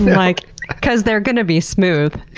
like cause they're gonna be smooth.